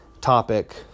topic